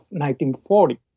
1940